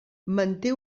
manté